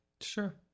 sure